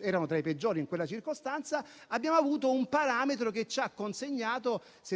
erano tra i peggiori, in quella circostanza - abbiamo avuto un parametro che ci ha consegnato 68